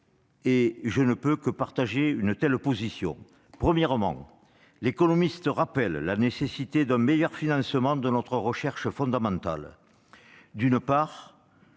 Je ne peux que partager une telle position. L'économiste rappelle la nécessité d'un meilleur financement de notre recherche fondamentale. C'est